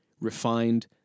refined